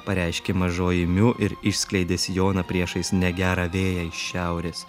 pareiškė mažoji miu ir išskleidė sijoną priešais negerą vėją iš šiaurės